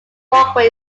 walkway